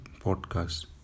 podcast